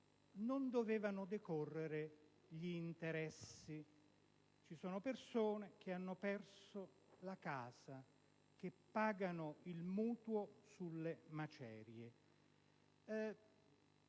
non dovevano decorrere gli interessi. Ci sono persone che hanno perso la casa e che pagano il mutuo sulle macerie.